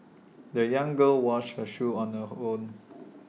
the young girl washed her shoes on her horn